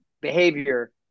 behavior